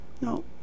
No